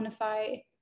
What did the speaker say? quantify